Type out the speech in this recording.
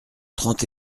trente